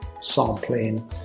sampling